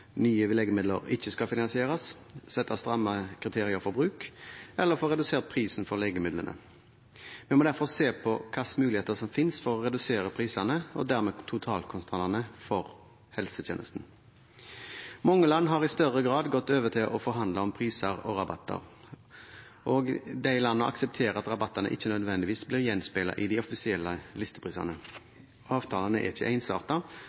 nye legemidler ikke skal finansieres, sette stramme kriterier for bruk eller få redusert prisen for legemidlene. Vi må derfor se på hvilke muligheter som finnes for å redusere prisene, og dermed totalkostnadene for helsetjenesten. Mange land har i større grad gått over til å forhandle om priser og rabatter. De landene aksepterer at rabattene ikke nødvendigvis blir gjenspeilet i de offisielle listeprisene. Avtalene er ikke